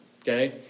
Okay